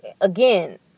Again